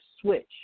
switch